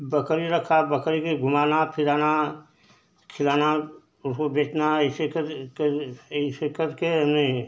बकरी रखा बकरी के घूमाना फिराना खिलाना उसको बेचना एसे कर कर एसे करके हमने